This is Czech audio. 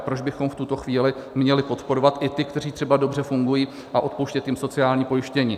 Proč bychom v tuto chvíli měli podporovat i ty, kteří třeba dobře fungují, a odpouštět jim sociální pojištění?